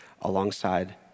alongside